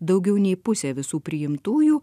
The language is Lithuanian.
daugiau nei pusė visų priimtųjų